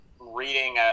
reading